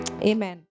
Amen